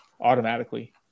automatically